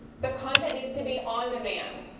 the content needs to be on-demand,